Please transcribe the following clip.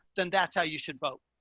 then that's how you should vote.